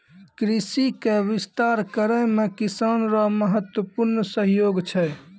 कृषि के विस्तार करै मे किसान रो महत्वपूर्ण सहयोग छै